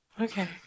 Okay